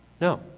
no